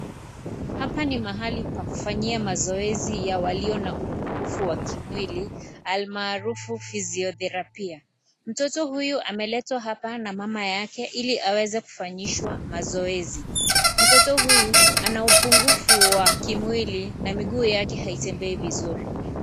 Hapa ni mahali pakufnyia mazoezi ya walio na upungufu wa kimwili almarufu fiziotherapia. Mtoto huyu ameletwa na mama yake ili aweze kufanyishwa mazoezi. Mtoto huyu ana upungufu wa kimwili na miguu yake haitembei vizuri.